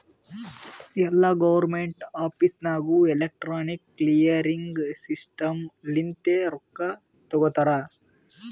ಎಲ್ಲಾ government office ನಾಗ್ electronic clearing system ಲಿಂತೆ ರೊಕ್ಕಾ ತೊಗೋತಾರ